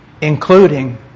including